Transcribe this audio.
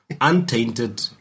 untainted